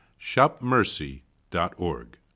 shopmercy.org